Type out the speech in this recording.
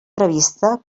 prevista